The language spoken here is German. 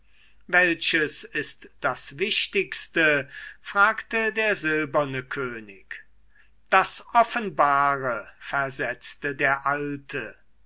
welches ist das wichtigste fragte der silberne könig das offenbare versetzte der alte